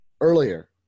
earlier